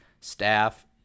staff